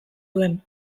duen